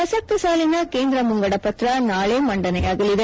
ಪ್ರಸಕ್ತ ಸಾಲಿನ ಕೇಂದ್ರ ಮುಂಗಡ ಪತ್ರ ನಾಳೆ ಮಂಡನೆಯಾಗಲಿದೆ